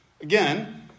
Again